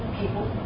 people